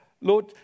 Lord